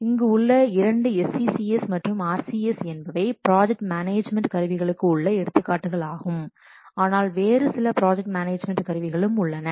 இங்கு உள்ள 2 SCCS மற்றும் RCS என்பவை ப்ராஜெக்ட் மேனேஜ்மென்ட் கருவிகளுக்கு உள்ள எடுத்துக்காட்டு ஆகும் ஆனால் வேறு சில ப்ராஜெக்ட் மேனேஜ்மெண்ட் கருவிகளும் உள்ளன